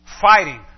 fighting